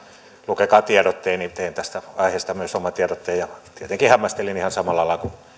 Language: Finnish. lukekaa tiedotteeni tein tästä aiheesta myös oman tiedotteen ja tietenkin hämmästelin ihan samalla lailla kuin